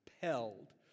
compelled